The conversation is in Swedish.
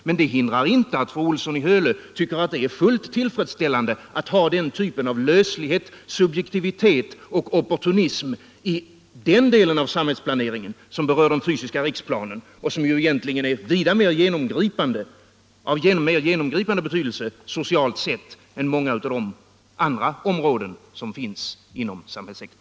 Men det hindrar inte att fru Olsson i Hölö tycker det är fullt tillfredsställande att ha den typen av löslighet, subjektivitet och opportunism i den del av samhällsplaneringen som berör den fysiska riksplanen, som ju egentligen är av vida mer genomgripande betydelse socialt sett än många av de andra områden som finns inom samhällssektorn.